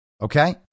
Okay